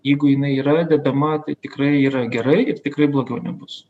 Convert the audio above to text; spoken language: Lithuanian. jeigu jinai yra dedama tai tikrai yra gerai ir tikrai blogiau nebus